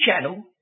channel